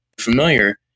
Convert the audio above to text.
familiar